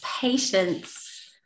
patience